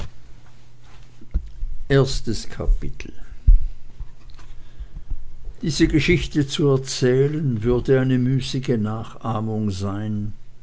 diese geschichte zu erzählen würde eine müßige nachahmung sein